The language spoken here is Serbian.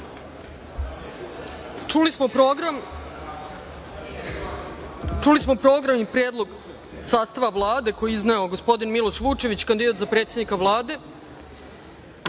smo program i predlog sastava Vlade koji je izneo gospodin Miloš Vučević, kandidat za predsednika Vlade. Sada